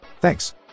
Thanks